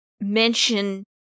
mention